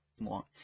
long